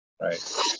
Right